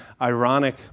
ironic